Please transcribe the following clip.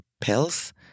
pills